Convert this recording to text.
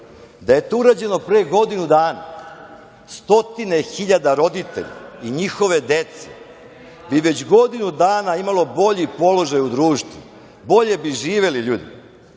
je to urađeno pre godinu dana, stotine hiljada roditelja i njihove dece bi već godinu dana imalo bolji položaj u društvu. Bolje bi živeli ljudi.